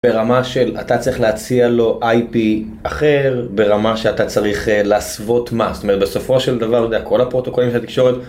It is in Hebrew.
ברמה של אתה צריך להציע לו IP אחר, ברמה שאתה צריך להסוות מה? זאת אומרת בסופו של דבר, זה הכל הפרוטוקולים של התקשורת.